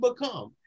become